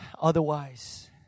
Otherwise